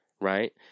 right